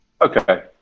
Okay